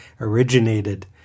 originated